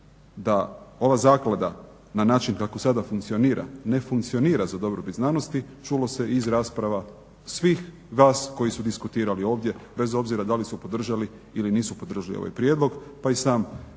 da ova zaklada na način kako sada funkcionira ne funkcionira za dobrobit znanosti čulo se i iz rasprava svih vas koji su diskutirali ovdje bez obzira da li su podržali ili nisu podržali ovaj prijedlog, pa i sam